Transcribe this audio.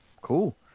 Cool